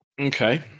Okay